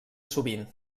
sovint